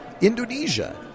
Indonesia